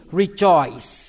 rejoice